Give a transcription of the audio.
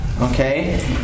Okay